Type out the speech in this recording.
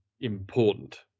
important